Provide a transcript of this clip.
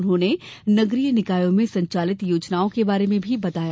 उन्होंने नगरीय निकायों में संचालित योजनाओं के बारे में भी बताया